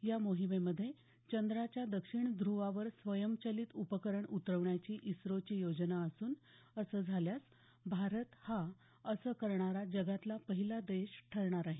या मोहिमे मध्ये चंद्राच्या दक्षिण ध्रवावर स्वयंचलित उपकरण उतरवण्याची इस्त्रोची योजना असून असं झाल्यास भारत हा असं करणारा जगातला पहिला देश ठरणार आहे